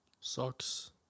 Sucks